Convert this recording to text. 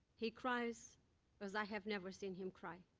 he cries as i have never seen him cry.